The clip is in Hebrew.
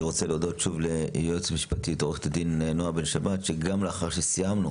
אני רוצה להודות שוב לעורכת הדין נעה בן שבת שגם לאחר שסיימנו